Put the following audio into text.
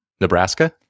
Nebraska